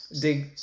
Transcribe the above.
Dig